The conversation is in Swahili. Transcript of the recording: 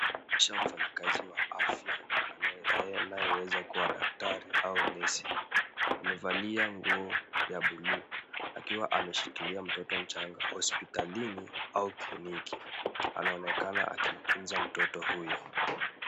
Inaonyesha mfanyikazi wa afya anayeweza kuwa daktari au nesi. Amevalia nguo ya buluu, akiwa ameshikilia mtoto mchanga hospitalini au kliniki. Anaonekana akimtunza mtoto huyo.